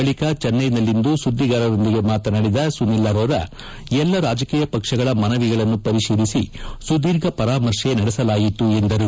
ಬಳಿಕ ಚೆನ್ಟೈನಲ್ಲಿಂದು ಸುದ್ದಿಗಾರರೊಂದಿಗೆ ಮಾತನಾಡಿದ ಸುನಿಲ್ ಅರೋರಾ ಎಲ್ಲಾ ರಾಜಕೀಯ ಪಕ್ಷಗಳ ಮನವಿಗಳನ್ನು ಪರಿಸೀಲಿಸಿ ಸುದೀರ್ಘ ಪರಾಮರ್ಶೆ ನಡೆಸಲಾಯಿತು ಎಂದರು